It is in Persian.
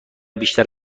بیشتر